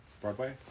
Broadway